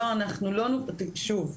שוב,